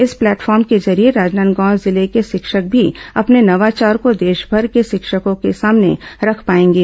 इस प्लेटफॉर्म के जरिये राजनांदगांव जिले के शिक्षक भी अपने नवाचार को देशभर के शिक्षकों के सामने रख पाएंगे